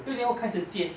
六年后开始建